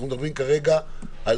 אנחנו מדברים כרגע על